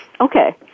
okay